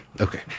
Okay